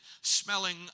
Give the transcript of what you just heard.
smelling